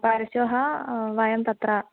परश्वः वयं तत्र